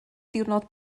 diwrnod